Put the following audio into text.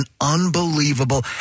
unbelievable